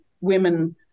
women